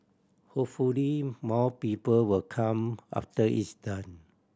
hopefully more people will come after it's done